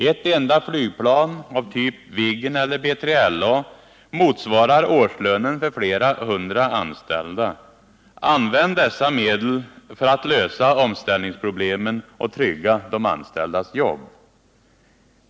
Ett enda flygplan av typ Viggen eller BILA motsvarar årslönen för flera hundra anställda. Använd dessa medel för att lösa omställningsproblemen och trygga de anställdas jobb!